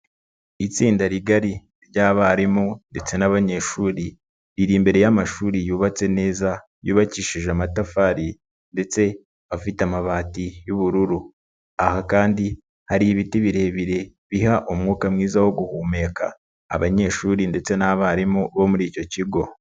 Itsinda rigari ry'abarimu ndetse n'abanyeshuri, riiri imbere y'amashuri yubatse neza yubakishije amatafari ndetse afite amabati y'ubururu, aha kandi hari ibiti birebire bitanga umwuka mwiza wo guhumeka, kubanyeshuri ndetse n'abarimu bo muri icyo kigo.